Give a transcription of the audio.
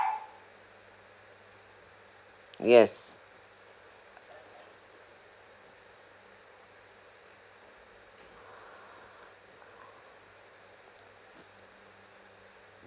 yes